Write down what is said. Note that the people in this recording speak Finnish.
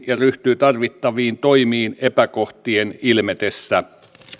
ja ryhtyy tarvittaviin toimiin epäkohtien ilmetessä